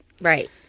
Right